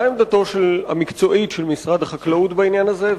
מה עמדתו המקצועית של משרד החקלאות בעניין הזה,